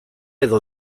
edo